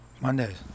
Mondays